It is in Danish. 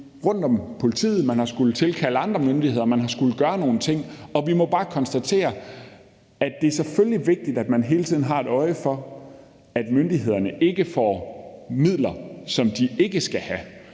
rundt om politiet, og man har skullet tilkalde andre myndigheder, man har skullet gøre nogle ting, og vi må bare konstatere, at det selvfølgelig er vigtigt, at man hele tiden har et øje for, at myndighederne ikke får midler, som de ikke skal have,